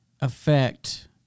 affect